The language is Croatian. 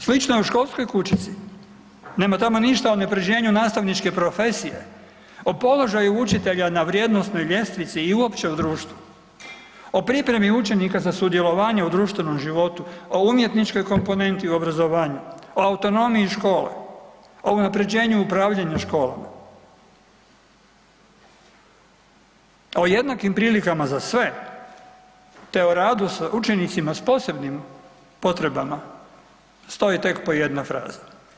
Slično je i u školskoj kućici, nema tamo ništa o unapređenju nastavničke profesije, o položaju učitelja na vrijednosnoj ljestvici i uopće u društvu, o pripremi učenika za sudjelovanje u društvenom životu, o umjetničkoj komponenti u obrazovanju, o autonomiji škole, o unapređenju i upravljanju školama, o jednakim prilikama za sve te o radu s učenicima s posebnim potrebama stoji tek po jedna fraza.